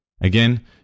Again